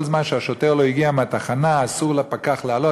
כל זמן שהשוטר לא הגיע מהתחנה אסור לפקח לעלות,